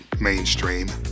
mainstream